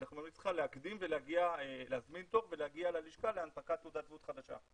אנחנו ממליצים לך להזמין תור ולהגיע ללשכה להנפקת תעודת זהות חדשה'.